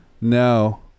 No